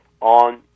on